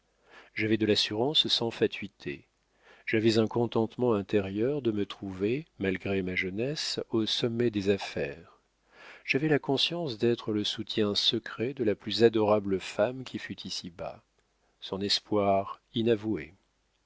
j'avais de l'assurance sans fatuité j'avais un contentement intérieur de me trouver malgré ma jeunesse au sommet des affaires j'avais la conscience d'être le soutien secret de la plus adorable femme qui fût ici-bas son espoir inavoué